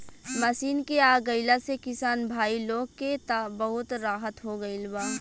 machine के आ गईला से किसान भाई लोग के त बहुत राहत हो गईल बा